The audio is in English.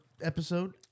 episode